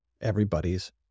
everybody's